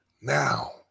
Now